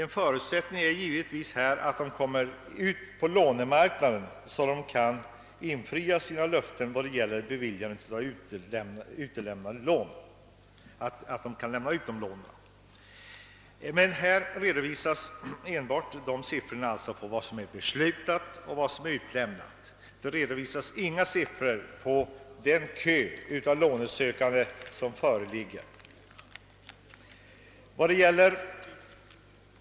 En förutsättning för att löftena om dessa lån skall kunna infrias är givetvis att företaget kommer ut på lånemarknaden. Här har endast siffrorna för beslutade och utlämnade lån redovisats — inte siffrorna på den kö av lånesökande som finns.